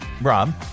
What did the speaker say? Rob